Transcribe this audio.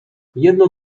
jedno